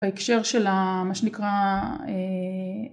בהקשר של מה שנקרא